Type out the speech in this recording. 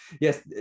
Yes